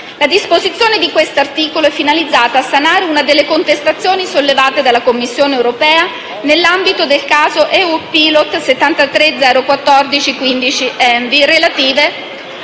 La disposizione di tale articolo è finalizzata a sanare una delle contestazioni sollevate dalla Commissione europea nell'ambito del caso EU Pilot 7304/15/ENVI, relative